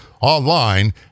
online